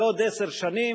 בעוד עשר שנים